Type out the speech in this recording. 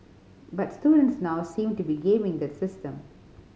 but students now seem to be gaming the system